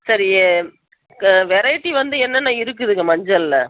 சரி வெரைட்டி வந்து என்னென்ன இருக்குதுங்க மஞ்சளில்